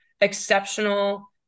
exceptional